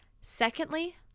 Secondly